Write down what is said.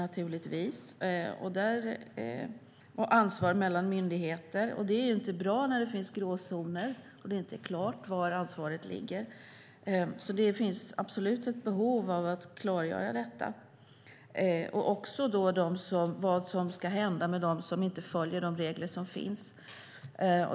Det handlar också om ansvarsfördelningen mellan myndigheterna. Det är inte bra när det finns gråzoner och det inte är klart var ansvaret ligger. Det finns absolut ett behov av att klargöra detta, liksom vad som ska hända med dem som inte följer de regler som finns.